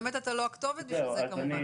באמת אתה לא הכתובת בשביל זה כמובן.